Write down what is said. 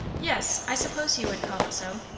yes. i suppose you would call it so.